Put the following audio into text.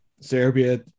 Serbia